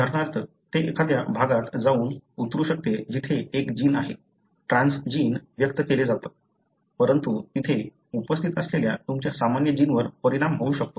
उदाहरणार्थ ते एखाद्या भागात जाऊन उतरू शकते जेथे एक जीन आहे ट्रान्सजीन व्यक्त केला जातो परंतु तेथे उपस्थित असलेल्या तुमच्या सामान्य जिनवर परिणाम होऊ शकतो